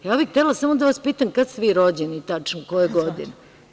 Ja bih htela samo da vas pitam kada ste vi rođeni tačno, koje godine?